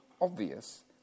obvious